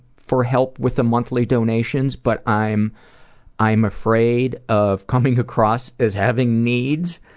for help with the monthly donations but i'm i'm afraid of coming across as having needs.